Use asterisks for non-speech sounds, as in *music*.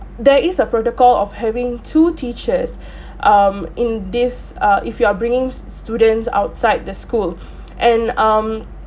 there is a protocol of having two teachers *breath* um in this err if you are bringing st~ students outside the school *breath* and um